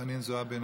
חנין זועבי,